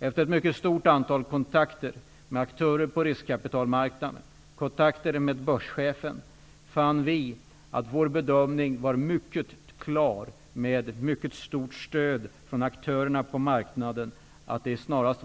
Efter ett mycket stort antal kontakter med aktörer på riskkapitalmarknaden och med börschefen fann vi att vår bedömning var mycket klar, med mycket stort stöd från aktörerna på marknaden, att det snarast,